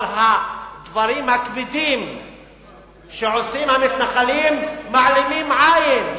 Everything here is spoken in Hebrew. אבל הדברים הכבדים שעושים המתנחלים, מעלימים עין.